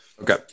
Okay